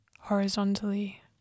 horizontally